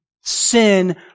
sin